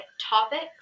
topics